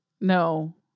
No